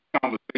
conversation